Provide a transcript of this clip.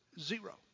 zero